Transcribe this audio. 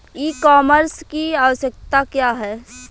ई कॉमर्स की आवशयक्ता क्या है?